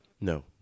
No